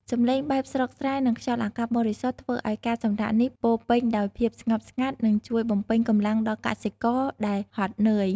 សម្លេងបែបស្រុកស្រែ និងខ្យល់អាកាសបរិសុទ្ធធ្វើឱ្យការសម្រាកនោះពោរពេញដោយភាពស្ងប់ស្ងាត់ និងជួយបំពេញកម្លាំងដល់កសិករដែលហត់នឿយ។